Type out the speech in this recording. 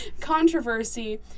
Controversy